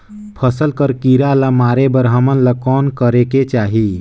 फसल कर कीरा ला मारे बर हमन ला कौन करेके चाही?